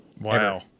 Wow